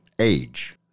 age